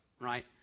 right